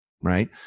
Right